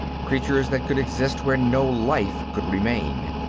creatures that could exist where no life could remain,